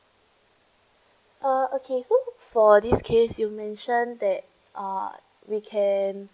uh okay so for this case you mentioned that uh we can